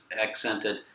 accented